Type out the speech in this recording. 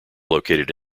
located